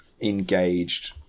engaged